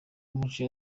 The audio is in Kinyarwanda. yumuco